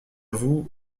vous